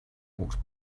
walked